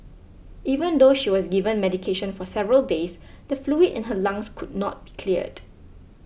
even though she was given medication for several days the fluid in her lungs could not be cleared